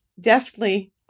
deftly